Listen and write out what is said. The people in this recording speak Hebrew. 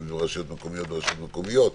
אם זה רשויות מקומיות אז רשויות מקומיות וכו'.